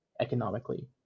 economically